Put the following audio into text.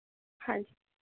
ਹਾਂਜੀ